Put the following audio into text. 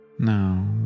Now